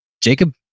Jacob